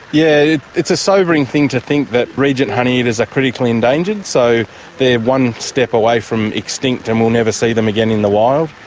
yeah it's a sobering thing to think, that regent honeyeaters are critically endangered. so they are one step away from extinct and we will never see them again in the wild.